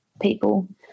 people